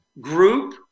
group